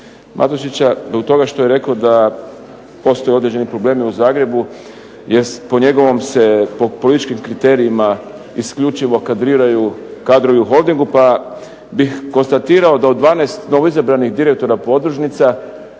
Matušića zbog toga što je rekao da postoje određeni problemi u Zagrebu. Po njegovim se političkim kriterijima isključivo kadriraju kadrovi u holdingu pa bih konstatirao da od 12 novoizabranih direktora podružnica samo